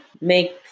make